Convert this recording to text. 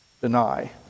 deny